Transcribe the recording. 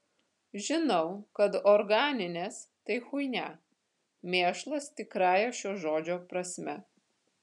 žinau kad organinės tai chuinia mėšlas tikrąja šio žodžio prasme